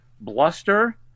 bluster